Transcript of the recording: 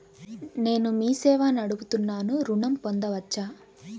నేను మీ సేవా నడుపుతున్నాను ఋణం పొందవచ్చా?